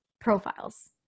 profiles